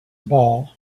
ball